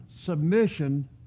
submission